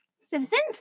citizens